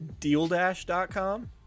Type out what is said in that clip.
DealDash.com